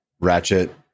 ratchet